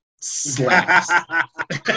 slaps